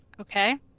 okay